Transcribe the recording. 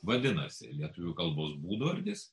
vadinasi lietuvių kalbos būdvardis